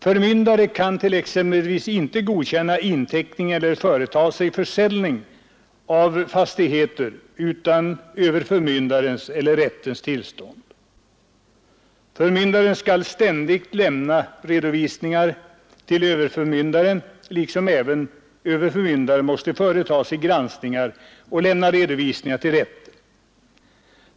Förmyndare kan t.ex. inte godkänna inteckning eller 93 företa sig försäljning av fastigheter utan överförmyndarens eller rättens tillstånd. Förmyndaren skall ständigt lämna redovisningar till överförmyndaren, och även överförmyndaren måste företa granskningar och lämna redovisningar till rätten.